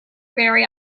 very